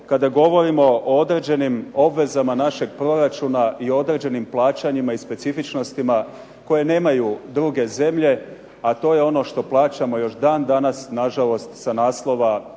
kada govorimo o određenim obvezama našeg proračuna i određenim plaćanjima i specifičnostima koje nemaju druge zemlje, a to je ono što plaćamo još dan danas nažalost sa naslova